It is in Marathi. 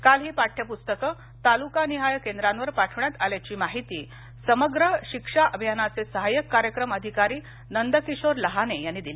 काल ही पाठ्यपुस्तकं तालुकानिहाय केंद्रांवर पाठवण्यात आल्याची माहिती समग्र शिक्षा अभियानाचे सहायक कार्यक्रम अधिकारी नंदकिशोर लहाने यांनी दिली